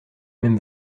même